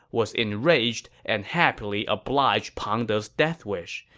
was enraged and happily obliged pang de's deathwish,